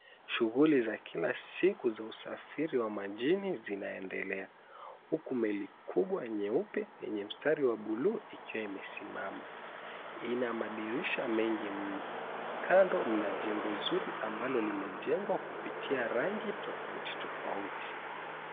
Shughuli za kila siku za usafiri wa majini zinaendelea, huku meli kubwa nyeupe, yenye mstari wa buluu ikiwa imesimama. Ina madirisha mengi mno. Kando mna jengo zuri ambalo limejengwa kupitia rangi tofauti tofauti.